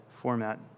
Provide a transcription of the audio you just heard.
format